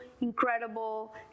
incredible